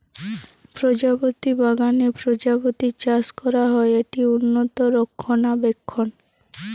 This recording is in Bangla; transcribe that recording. প্রজাপতি বাগানে প্রজাপতি চাষ করা হয়, এটি উন্নত রক্ষণাবেক্ষণ